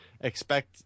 expect